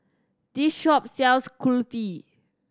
this shop sells Kulfi